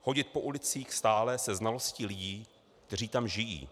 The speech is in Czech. Chodit po ulicích stále se znalostí lidí, kteří tam žijí.